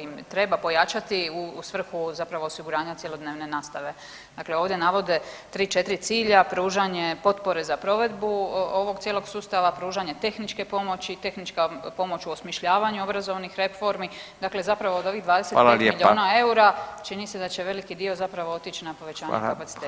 im treba pojačati u svrhu zapravo osiguranja cjelodnevne nastave, dakle ovdje navode 3-4 cilja, pružanje potpore za provedbu ovog cijelog sustava, pružanje tehničke pomoći, tehnička pomoć u osmišljavanju obrazovnih reformi, dakle zapravo od ovih 25 milijuna eura čini se da će veliki dio zapravo otić na povećanje kapaciteta